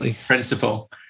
principle